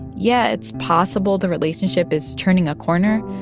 yeah, it's possible the relationship is turning a corner.